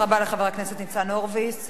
תודה רבה לחבר הכנסת ניצן הורוביץ.